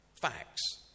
facts